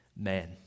Man